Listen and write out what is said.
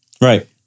Right